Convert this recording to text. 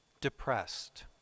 depressed